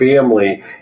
family